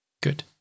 Good